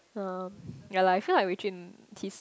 um yea lah I feel like Wei-Jun his